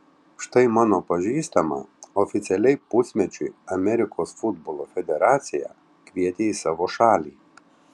štai mano pažįstamą oficialiai pusmečiui amerikos futbolo federacija kvietė į savo šalį